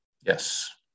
Yes